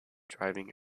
driving